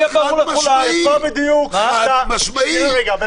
אמרתי חד-משמעית.